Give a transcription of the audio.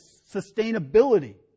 sustainability